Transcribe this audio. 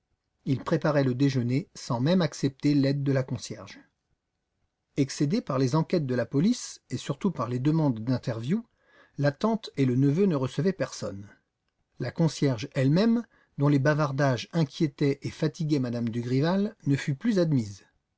il préparait le déjeuner sans même accepter l'aide de la concierge excédés par les enquêtes de la police et surtout par les demandes d'interviews la tante et le neveu ne recevaient personne la concierge elle-même dont les bavardages inquiétaient et fatiguaient m me dugrival ne fut plus admise